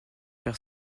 perd